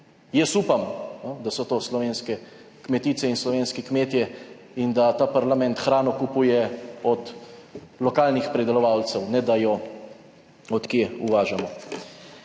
Jaz upam, da so to slovenske kmetice in slovenski kmetje in da ta parlament hrano kupuje od lokalnih pridelovalcev, ne da jo od kje uvažamo.